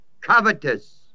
covetous